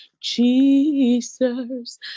Jesus